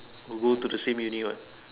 who go to the same Uni what